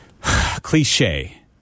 cliche